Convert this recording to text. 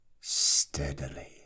Steadily